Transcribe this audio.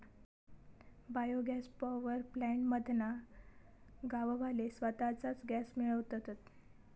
bio gas power plant मधना गाववाले स्वताच गॅस मिळवतत